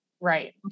Right